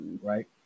right